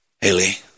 Haley